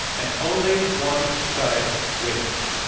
and only one side wins.